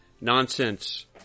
nonsense